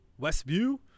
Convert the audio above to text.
Westview